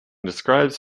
describes